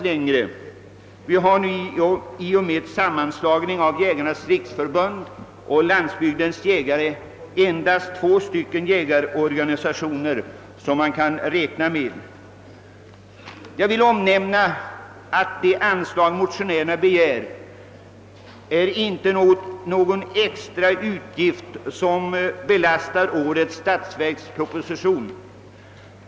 Det finns i och med sammanslagningen av Jägarnas riksförbund och Landsbygdens jägare endast två jägarorganisationer att räkna med. Jag vill omnämna att det anslag motionärerna begär inte är någon extra utgift som belastar årets statsverksproposition.